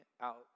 out